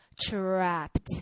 trapped